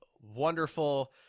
wonderful